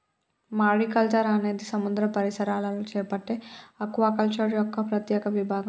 mariculture అనేది సముద్ర పరిసరాలలో చేపట్టే ఆక్వాకల్చర్ యొక్క ప్రత్యేక విభాగం